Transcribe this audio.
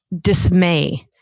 dismay